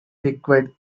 liquid